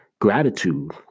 Gratitude